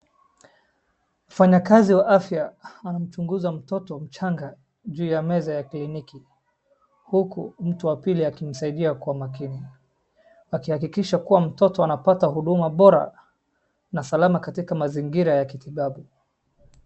Mfanyakazi wa afya anamchunguza mtoto mchanga juu ya meza ya kliniki huku mtu wa pili akimsaiidia kwa makini, wakihakikisha kuwa mtoto anapata huduma bora na salama katita mazingira ya kitibabu.